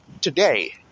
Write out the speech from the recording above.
today